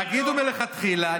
תגידו מלכתחילה,